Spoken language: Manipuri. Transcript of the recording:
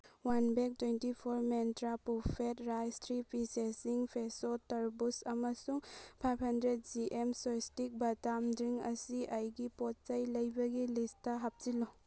ꯋꯥꯟ ꯕꯦꯒ ꯇ꯭ꯋꯦꯟꯇꯤ ꯐꯣꯔ ꯃꯦꯟꯇ꯭ꯔꯥ ꯄꯨꯐꯦꯠ ꯔꯥꯏꯁ ꯊ꯭ꯔꯤ ꯄꯤꯁꯦꯁꯤꯡ ꯐ꯭ꯔꯦꯁꯣ ꯇꯔꯕꯨꯖ ꯑꯃꯁꯨꯡ ꯐꯥꯏꯚ ꯍꯟꯗ꯭ꯔꯦꯗ ꯖꯤ ꯑꯦꯝ ꯁ꯭ꯋꯥꯁꯇꯤꯛ ꯕꯗꯥꯝ ꯗ꯭ꯔꯤꯡ ꯑꯁꯤ ꯑꯩꯒꯤ ꯄꯣꯠ ꯆꯩ ꯂꯩꯕꯒꯤ ꯂꯤꯁꯇ ꯍꯥꯞꯆꯤꯜꯂꯨ